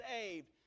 saved